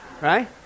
Right